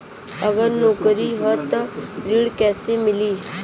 अगर नौकरी ह त ऋण कैसे मिली?